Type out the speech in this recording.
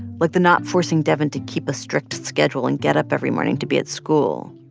like the not forcing devyn to keep a strict schedule and get up every morning to be at school.